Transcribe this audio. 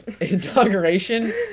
Inauguration